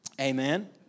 Amen